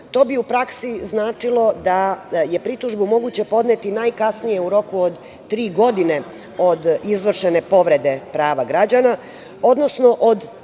to bi u praksi značilo da je pritužbu moguće podneti najkasnije u roku od 3 godine od izvršene povrede prava građana, odnosno od